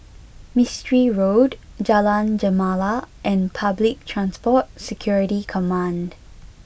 Mistri Road Jalan Gemala and Public Transport Security Command